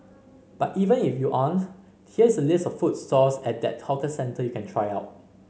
but even if you aren't here is a list of food stalls at that hawker centre you can try out